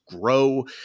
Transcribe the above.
grow